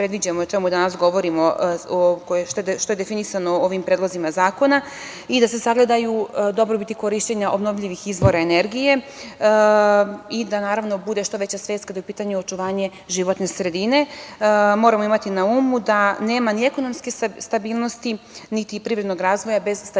što predviđamo i o čemu danas govorimo, što je i definisano ovim predlozima zakona i da se sagledaju dobrobiti korišćenja obnovljivih izvora energije, i da naravno bude što veća svest kada je u pitanju očuvanje životne sredine. Moramo imati na umu da nema ni ekonomske stabilnosti, niti privrednog razvoja bez stabilnosti